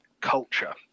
culture